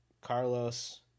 Carlos